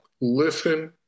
listen